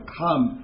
come